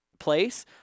place